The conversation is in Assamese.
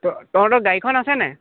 তহঁতৰ গাড়ীখন আছেনে নাই